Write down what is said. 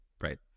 Right